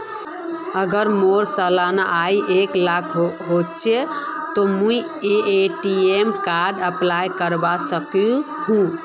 अगर मोर सालाना आय एक लाख होचे ते मुई ए.टी.एम कार्ड अप्लाई करवा सकोहो ही?